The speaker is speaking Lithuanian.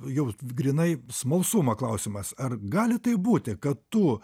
jau grynai smalsumo klausimas ar gali taip būti kad tu